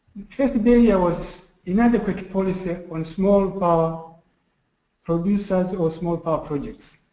barrier was inadequate policy on small power producers or small power projects,